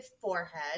forehead